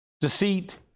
deceit